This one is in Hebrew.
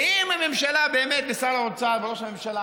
ואם הממשלה ושר האוצר וראש הממשלה,